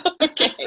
Okay